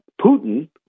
Putin